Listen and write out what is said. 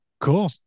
Cool